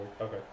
Okay